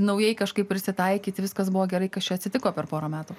naujai kažkaip prisitaikyti viskas buvo gerai kas čia atsitiko per porą metų